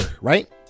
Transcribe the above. right